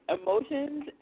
emotions